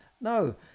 No